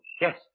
Yes